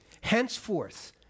Henceforth